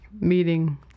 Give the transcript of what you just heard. meeting